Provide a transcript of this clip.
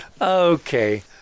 Okay